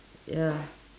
ya